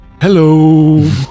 hello